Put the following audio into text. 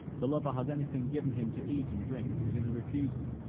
the lover has any thing given him to eat and drink, it is a refusal